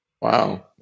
Wow